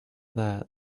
that